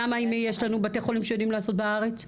למה אם יש לנו בתי חולים שיודעים לעשות בארץ?